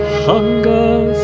hunger